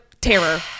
terror